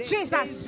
Jesus